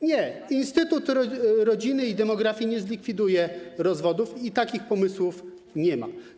Nie, instytut rodziny i demografii nie zlikwiduje rozwodów i takich pomysłów nie ma.